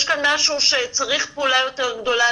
יש כאן משהו שצריך פעולה יותר גדולה.